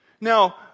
now